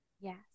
Yes